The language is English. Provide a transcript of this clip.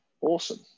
awesome